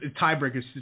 tiebreaker